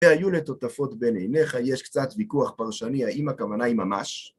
היו לטוטפות בין עיניך, יש קצת ויכוח פרשני, האם הכוונה היא ממש?